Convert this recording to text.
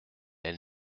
elle